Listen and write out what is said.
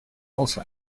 also